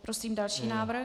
Prosím o další návrh.